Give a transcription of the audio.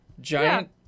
giant